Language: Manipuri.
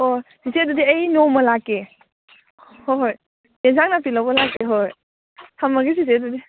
ꯑꯣ ꯆꯤꯆꯦ ꯑꯗꯨꯗꯤ ꯑꯩ ꯅꯣꯡꯃ ꯂꯥꯛꯀꯦ ꯍꯣꯏ ꯍꯣꯏ ꯏꯟꯖꯥꯡ ꯅꯥꯞꯄꯤ ꯂꯧꯕ ꯂꯥꯛꯀꯦ ꯍꯣꯏ ꯊꯝꯃꯒꯦ ꯆꯤꯆꯦ ꯑꯗꯨꯗꯤ